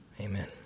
amen